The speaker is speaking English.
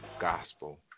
gospel